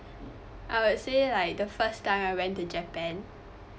I will say like the first time I went to japan